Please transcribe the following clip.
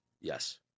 Yes